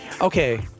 Okay